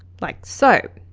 like so.